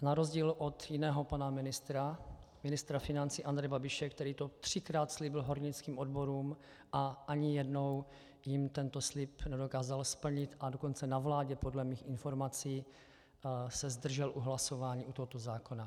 Na rozdíl od jiného pana ministra, ministra financí Andreje Babiše, který to třikrát slíbil hornickým odborům a ani jednou jim tento slib nedokázal splnit, a dokonce na vládě, podle mých informací, se zdržel u hlasování u tohoto zákona.